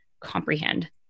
comprehend